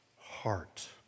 heart